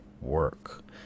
work